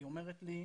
היא אומרת לי,